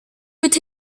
with